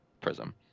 prism